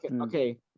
okay